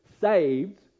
saved